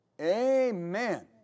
Amen